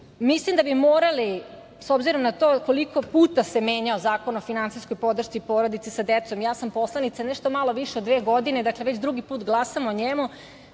tako. Mislim da bi morali, s obzirom na to koliko puta se menjao Zakon o finansijskoj podršci porodica sa decom, ja sam nešto malo više od dve godine, dakle, već drugi put glasamo o njemu,